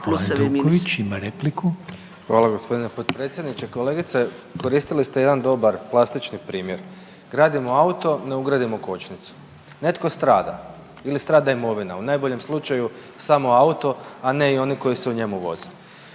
**Hajduković, Domagoj (SDP)** Hvala g. potpredsjedniče. Kolegice koristili ste jedan dobar plastični primjer, gradimo auto ne ugradimo kočnicu, netko strada ili strada imovina u najboljem slučaju samo auto, a ne i oni koji se u njemu voze.